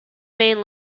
main